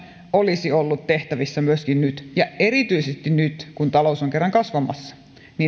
olisi ollut tehtävissä myöskin nyt ja erityisesti nyt kun talous on kerran kasvamassa